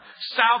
South